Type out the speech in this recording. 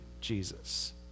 Jesus